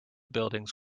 buildings